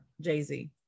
Jay-Z